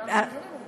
לשיטתם הם לא יעברו.